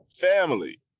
family